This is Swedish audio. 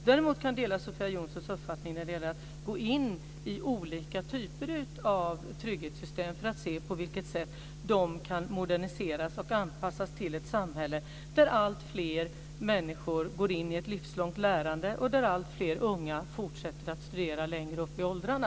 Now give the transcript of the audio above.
Däremot kan jag dela Sofia Jonssons uppfattning att se över olika typer av trygghetssystem för att se på vilket sätt de kan moderniseras och anpassas till ett samhälle där alltfler människor går in i ett livslångt lärande och där alltfler unga fortsätter att studera längre upp i åldrarna.